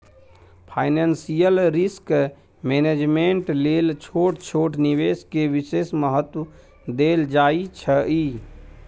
financial risk management लेल छोट छोट निवेश के विशेष महत्व देल जाइ छइ